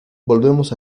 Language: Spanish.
volvemos